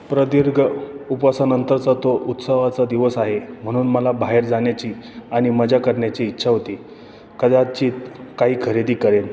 प्रदीर्घ उपासानंतरचा तो उत्सवाचा दिवस आहे म्हणून मला बाहेर जाण्याची आणि मजा करण्याची इच्छा होती कदाचित काही खरेदी करेन